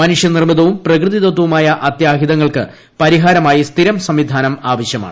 മനുഷ്യ നിർമ്മിതവും പ്രകൃതി ദത്തവുമായ അത്യാഹിതങ്ങൾക്ക് പരിഹാരമായി സ്ഥിരം സംവിധാനം ആവശ്യമാണ്